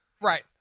Right